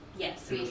Yes